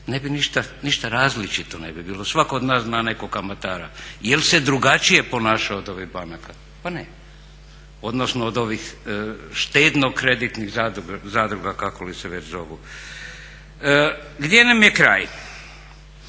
ništa različito ne bi bilo. Svatko od nas zna nekog kamatara. Jel se drugačije ponaša od ovih banaka? Pa ne. odnosno od ovih štedno-kreditnih zadruga kako li se već zovu. Gdje nam je kraj?